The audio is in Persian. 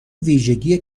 ویژگی